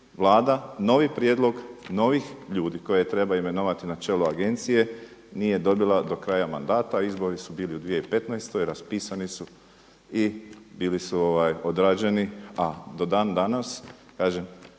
novi prijedlog, novih ljudi koje treba imenovati na čelo Agencije nije dobila do kraja mandata, a izbori su bili u 2015. raspisani su i bili su odrađeni, a do dan danas kažem